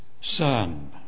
son